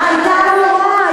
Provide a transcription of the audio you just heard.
היא לא רכשה דירות.